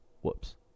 Whoops